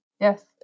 Yes